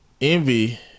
Envy